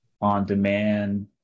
on-demand